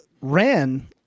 ran